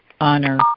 honor